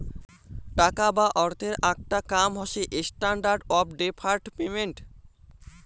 টাকা বা অর্থের আকটা কাম হসে স্ট্যান্ডার্ড অফ ডেফার্ড পেমেন্ট